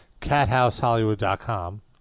cathousehollywood.com